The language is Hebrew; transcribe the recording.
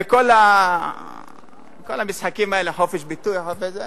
וכל המשחקים האלה, חופש ביטוי, חופש זה,